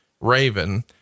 Raven